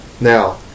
Now